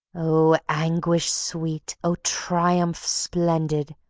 oh, anguish sweet! oh, triumph splendid!